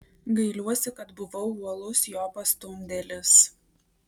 gailiuosi kad buvau uolus jo pastumdėlis